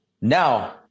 Now